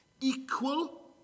equal